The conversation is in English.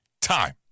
time